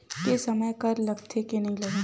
के समय कर लगथे के नइ लगय?